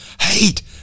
hate